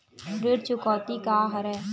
ऋण चुकौती का हरय?